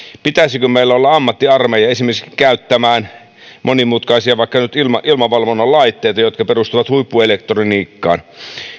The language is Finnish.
pitäisikö meillä olla ammattiarmeija esimerkiksi käyttämään monimutkaisia vaikka nyt ilmavalvonnan laitteita jotka perustuvat huippuelektroniikkaan ja